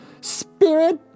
Spirit